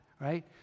right